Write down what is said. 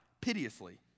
piteously